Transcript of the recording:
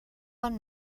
bon